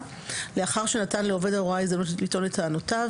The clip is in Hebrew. לאחר שנתן לעובד ההוראה הזדמנות לטעון את טענותיו,